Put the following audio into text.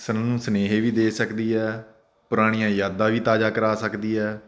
ਸਾਨੂੰ ਸੁਨੇਹੇ ਵੀ ਦੇ ਸਕਦੀ ਆ ਪੁਰਾਣੀਆਂ ਯਾਦਾਂ ਵੀ ਤਾਜ਼ਾ ਕਰਾ ਸਕਦੀ ਹੈ